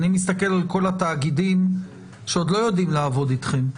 אני מסתכל על כל התאגידים שעוד לא יודעים לעבוד אתכם.